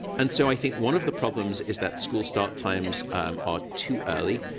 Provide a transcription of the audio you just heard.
and so i think one of the problems is that school start times um are too early.